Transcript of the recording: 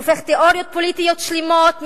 הופך תיאוריות פוליטיות שלמות,